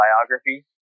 biography